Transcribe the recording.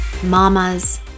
Mamas